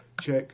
check